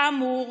כאמור,